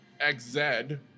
XZ